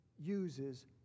uses